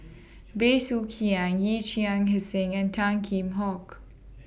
Bey Soo Khiang Yee Chia Hsing and Tan Kheam Hock